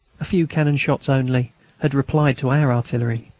a few cannon-shots only had replied to our artillery,